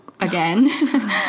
again